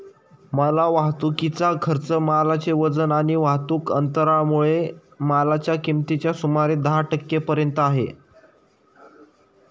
माल वाहतुकीचा खर्च मालाचे वजन आणि वाहतुक अंतरामुळे मालाच्या किमतीच्या सुमारे दहा टक्के पर्यंत आहे